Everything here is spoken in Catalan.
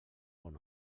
bon